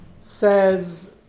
says